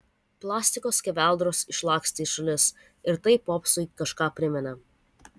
plastiko skeveldros išlakstė į šalis ir tai popsui kažką priminė